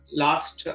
last